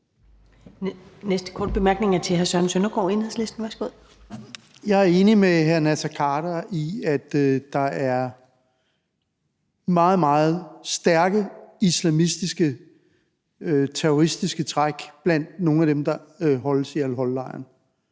næste korte bemærkning er til hr. Søren Søndergaard, Enhedslisten. Værsgo. Kl. 23:36 Søren Søndergaard (EL): Jeg er enig med hr. Naser Khader i, at der er meget, meget stærke islamistiske, terroristiske træk hos nogle af dem, der holdes i al-Hol-lejren.